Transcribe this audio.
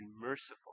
merciful